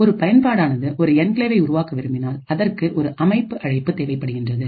ஒரு பயன்பாடானது ஒரு என்கிளேவை உருவாக்க விரும்பினால் அதற்கு ஒரு அமைப்பு அழைப்பு தேவைப்படுகின்றது